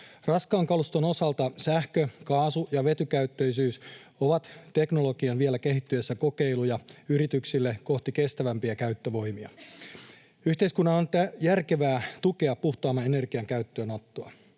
Raskaan kaluston osalta sähkö-, kaasu- ja vetykäyttöisyys ovat teknologian vielä kehittyessä kokeiluja yrityksille kohti kestävämpiä käyttövoimia. Yhteiskunnan on järkevää tukea puhtaamman energian käyttöönottoa.